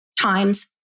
times